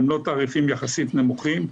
הם לא תעריפים יחסית נמוכים.